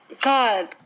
God